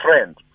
friend